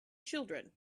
children